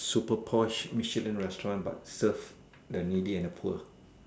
super posh Michelin restaurant but serve the needy and the poor